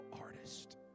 artist